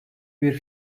bir